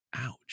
Ouch